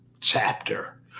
chapter